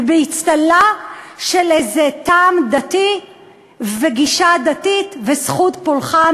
ובאצטלה של איזה טעם דתי וגישה דתית וזכות פולחן